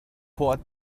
port